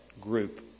group